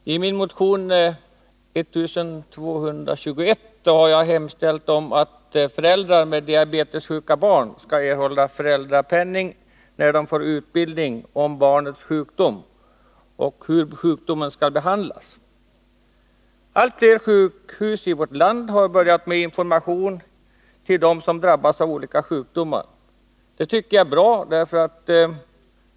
Herr talman! I motion 1221 har jag hemställt om att föräldrar med diabetessjuka barn skall erhålla föräldrapenning när de får undervisning om barnets sjukdom och om hur sjukdomen skall behandlas. Allt fler sjukhus i vårt land har börjat lämna information till dem som drabbas av olika sjukdomar. Det tycker jag är bra.